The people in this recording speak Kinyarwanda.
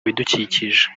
bidukikije